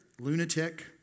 lunatic